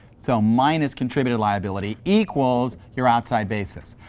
so minus contributed liability equals your outside basis.